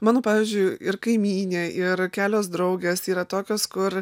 mano pavyzdžiui ir kaimynė ir kelios draugės yra tokios kur